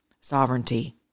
sovereignty